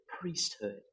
priesthood